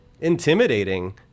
intimidating